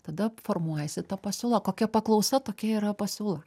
tada formuojasi ta pasiūla kokia paklausa tokia yra pasiūla